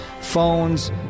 phones